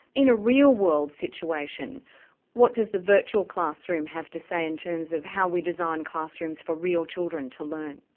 in a real world situation what does the virtual classroom have to say in terms of how we design classrooms for real children to learn?